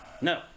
No